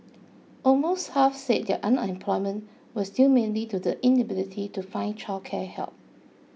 almost half said their unemployment was due mainly to the inability to find childcare help